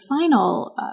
final